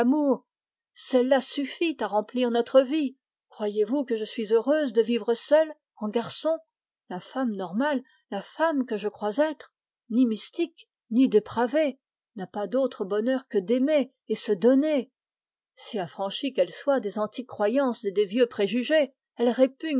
celle-là suffit à remplir notre vie la femme normale la femme que je crois être ni mystique ni dépravée n'a pas de plus grand bonheur que d'aimer et se donner pour affranchie qu'elle soit des antiques croyances et des